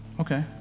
Okay